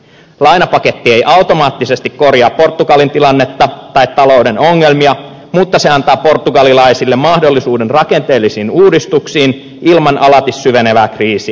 lainapaketti ei automaattisesti korjaa portugalin tilannetta tai talouden ongelmia mutta se antaa portugalilaisille mahdollisuuden rakenteellisiin uudistuksiin ilman alati syvenevää kriisiä